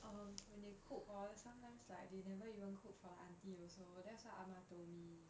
um when they cook hor sometimes like they never even cook for the aunty also that's what 阿嬤 told me